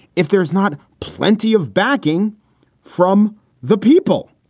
if there is not plenty of backing from the people,